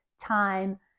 time